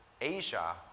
Asia